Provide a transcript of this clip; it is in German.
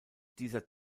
dieser